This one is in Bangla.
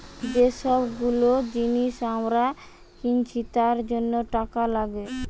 যে সব গুলো জিনিস আমরা কিনছি তার জন্য টাকা লাগে